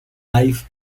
life